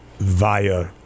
via